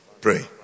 Pray